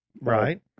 Right